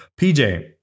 PJ